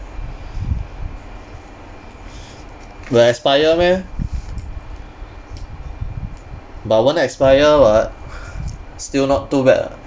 will expire meh but won't expire [what] still not too bad